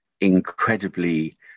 incredibly